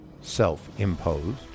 self-imposed